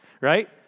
right